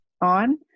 on